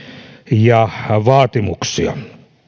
ja vaatimuksia